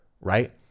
right